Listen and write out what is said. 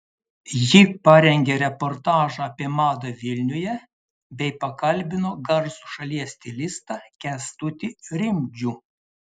ji parengė reportažą apie madą vilniuje bei pakalbino garsų šalies stilistą kęstutį rimdžių